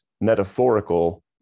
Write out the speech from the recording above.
metaphorical